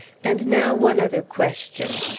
and now one other question.